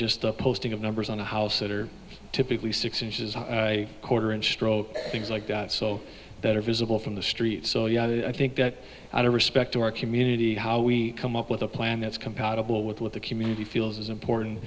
just a posting of numbers on a house that are typically six inches quarter inch stroke things like that so that are visible from the street so yeah i think that out of respect to our community how we come up with a plan that's compatible with what the community feels is important